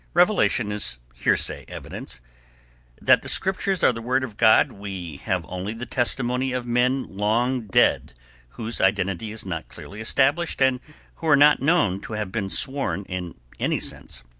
revelation is hearsay evidence that the scriptures are the word of god we have only the testimony of men long dead whose identity is not clearly established and who are not known to have been sworn in any sense.